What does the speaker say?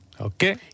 Okay